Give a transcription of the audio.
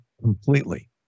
completely